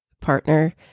partner